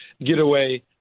getaway